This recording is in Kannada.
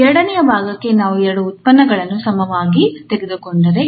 ಎರಡನೆಯ ಭಾಗಕ್ಕೆ ನಾವು ಎರಡು ಉತ್ಪನ್ನಗಳನ್ನು ಸಮನಾಗಿ ತೆಗೆದುಕೊಂಡರೆ ಇದರ ಅರ್ಥ 𝑓𝑥 𝑔𝑥